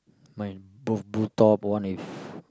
mine both blue top one with